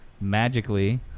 magically